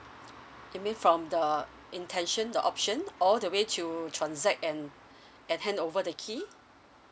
you mean from the intention the option all the way to transact and handover the key